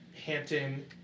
Hampton